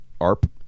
ARP